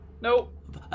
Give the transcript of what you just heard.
Nope